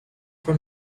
for